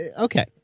okay